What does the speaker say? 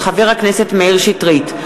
של חבר הכנסת מאיר שטרית.